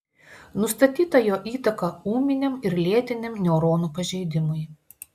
nustatyta jo įtaka ūminiam ir lėtiniam neuronų pažeidimui